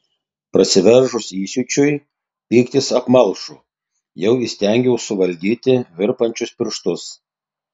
prasiveržus įsiūčiui pyktis apmalšo jau įstengiau suvaldyti virpančius pirštus